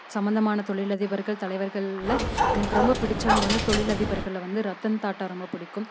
சம்மந்தமான தொழில் அதிபர்கள் தலைவர்களில் எனக்கு ரொம்ப பிடிச்சவுங்க வந்து தொழில் அதிபர்களில் வந்து ரத்தன் டாடா ரொம்ப பிடிக்கும்